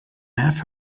have